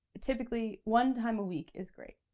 typically, one time a week is great,